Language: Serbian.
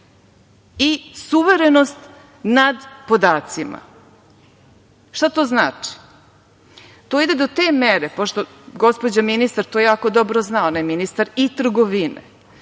i suverenost nad podacima. Šta to znači? To ide do te mere i gospođa ministar to jako dobro zna, ona je ministar i trgovine,